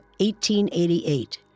1888